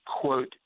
quote